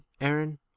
Aaron